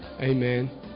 Amen